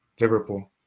Liverpool